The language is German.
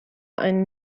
einen